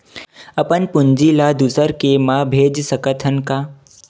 अपन पूंजी ला दुसर के मा भेज सकत हन का?